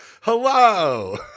hello